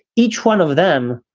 each one of them,